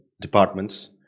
departments